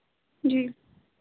जी